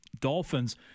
Dolphins